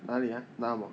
哪里啊拿什么